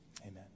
amen